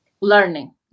learning